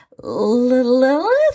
Lilith